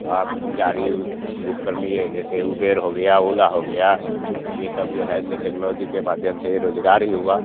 तो आप गाड़ी बुक कर लिए जैसे उबेर हो गया ओला हो गया ये सब जैसे टेक्नोलॉजी के माध्यम से रोज़गार ही हुआ